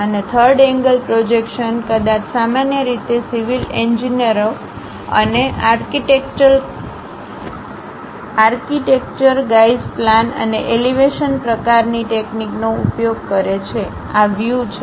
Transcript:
અને third angle projection કદાચ સામાન્ય રીતે સિવિલ ઇજનેરો અને આર્કિટેક્ચર ગાય્ઝ પ્લાન અને એલિવેશન પ્રકારની ટેકનીકનો ઉપયોગ કરે છે આ વ્યૂ છે